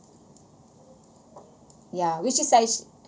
ya which is actu~